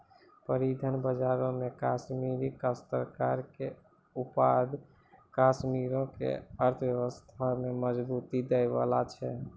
परिधान बजारो मे कश्मीरी काश्तकार के उत्पाद कश्मीरो के अर्थव्यवस्था में मजबूती दै बाला छै